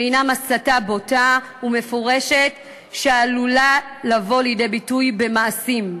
שהם הסתה בוטה ומפורשת שעלולה לבוא לידי ביטוי במעשים.